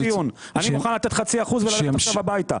אני מכן לתת חצי אחוז וללכת עכשיו הביתה.